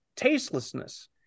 Tastelessness